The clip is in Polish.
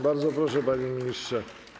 Bardzo proszę, panie ministrze.